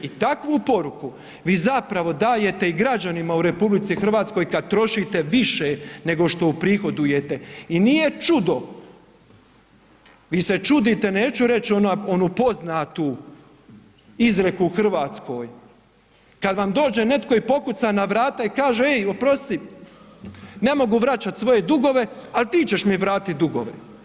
I takvu poruku vi zapravo dajete i građanima u RH kad trošite više nego što uprihodujete i nije čudo, vi se čudite neću reći onu poznatu izreku u Hrvatskoj, kad vam dođe netko i pokuca na vrate i kaže ej oprosti svoje dugove, al ti ćeš mi vratiti dugove.